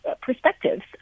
perspectives